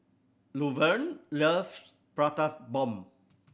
Luverne love Prata Bomb